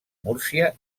múrcia